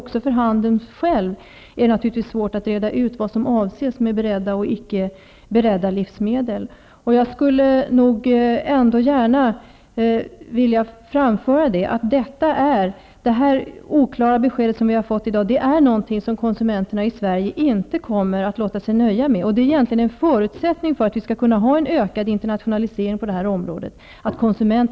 Också för handeln är det svårt att reda ut vad som avses med beredda och icke beredda livsmedel. Jag skulle gärna vilja framföra att det oklara besked som vi i dag har fått är någonting som konsumenterna i Sverige inte kommer att låta sig nöja med. Att konsumenterna får gehör för sina krav är egentligen en förutsättning för en ökad internationalisering på det här området.